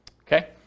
okay